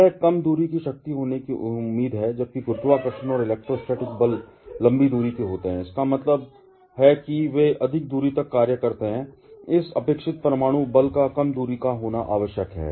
यह एक कम दूरी की शक्ति होने की उम्मीद है जबकि गुरुत्वाकर्षण और इलेक्ट्रोस्टैटिक बल लंबी दूरी के होते हैं इसका मतलब है कि वे अधिक दूरी तक कार्य करते हैं इस अपेक्षित परमाणु बल का कम दूरी का होना आवश्यक है